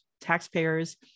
Taxpayers